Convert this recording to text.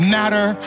matter